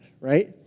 right